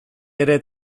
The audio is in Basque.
ere